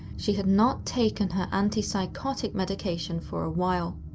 she had not taken her antipsychotic medication, for a while.